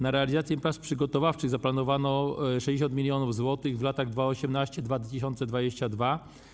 Na realizację prac przygotowawczych zaplanowano 60 mln zł w latach 2018-2022.